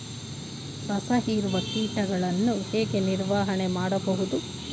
ರಸ ಹೀರುವ ಕೀಟಗಳನ್ನು ಹೇಗೆ ನಿರ್ವಹಣೆ ಮಾಡಬಹುದು?